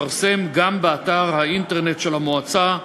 לפרסם גם באתר האינטרנט של המועצה,